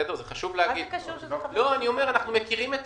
אנחנו לא מזלזלים בזה לרגע, זה חשוב להגיד.